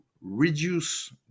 reduce